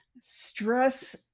Stress